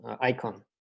icon